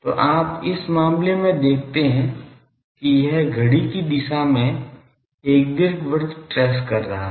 तो आप इस मामले में देखते हैं कि यह घड़ी की दिशा में एक दीर्घवृत्त ट्रेस कर रहा है